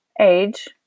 age